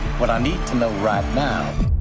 what i need to know right now.